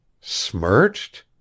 Smirched